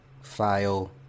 file